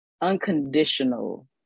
unconditional